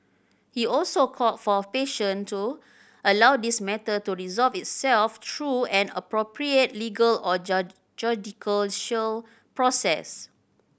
he also called for patience to allow this matter to resolve itself through an appropriate legal or judicial show process